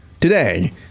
today